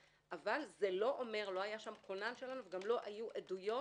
אבל זה לא אומר לא היה שם כונן שלנו וגם לא היו שם עדויות,